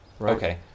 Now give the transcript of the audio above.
Okay